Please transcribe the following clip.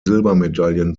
silbermedaillen